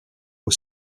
aux